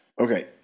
Okay